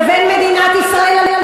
לבין מדינת ישראל 2013,